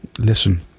listen